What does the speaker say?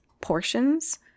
portions